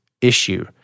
issue